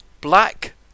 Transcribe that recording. Black